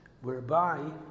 whereby